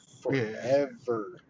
forever